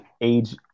age